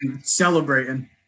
celebrating